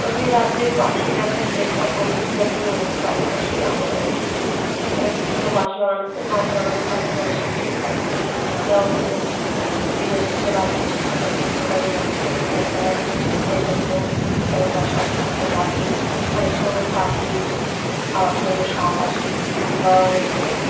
আমি রাতে পাখি দেখার চেষ্টা করি যখন আমার বাড়ির পাশে জঙ্গল আছে সেই একটা ছোটো বাঁশবগান আছে বাঁশবগানে পাখি আসে সেই পাখিরা ওখানে দিনের শেষে রাতে এসে থাকার চেষ্টা করে এবং অনেক পেঁচা আছে সেই পেঁচাগুলোও তাদের বাসায় এসে থাকে অনেক সময় পাখির খাওয়ার জন্য সাপ আসে বা অনেক